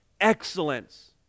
excellence